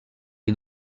est